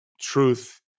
truth